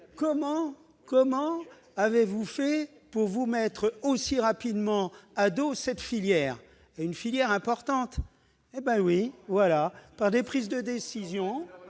comment avez-vous fait pour vous mettre aussi rapidement à dos cette filière- une filière importante ? Par des prises de décision